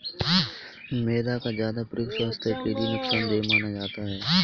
मैदा का ज्यादा प्रयोग स्वास्थ्य के लिए नुकसान देय माना जाता है